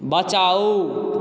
बचाउ